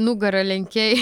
nugarą lenkei